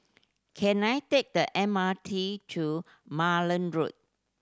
can I take the M R T to Malan Road